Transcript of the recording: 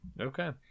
okay